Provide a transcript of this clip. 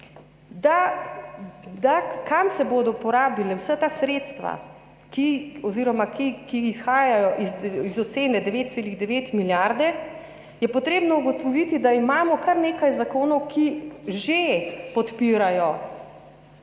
Za kaj se bodo porabila vsa ta sredstva, ki izhajajo iz ocene 9,9 milijarde, je treba ugotoviti, da imamo kar nekaj zakonov, ki že podpirajo